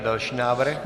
Další návrh?